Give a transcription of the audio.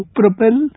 propel